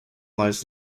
lies